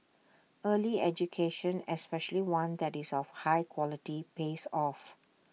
early education especially one that is of high quality pays off